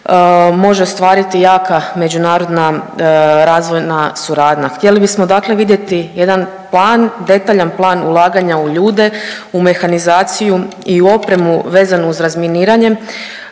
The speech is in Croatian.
može ostvariti jaka međunarodna razvojna suradnja. Htjeli bismo dakle vidjeti jedan plan, detaljan plan ulaganja u ljude, u mehanizaciju i u opremu vezanu uz razminiranje